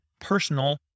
personal